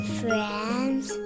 friends